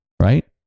Right